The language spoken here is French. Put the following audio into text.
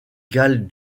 galles